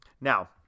Now